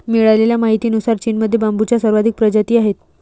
मिळालेल्या माहितीनुसार, चीनमध्ये बांबूच्या सर्वाधिक प्रजाती आहेत